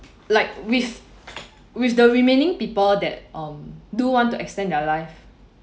like with with the remaining people that um do want to extend their life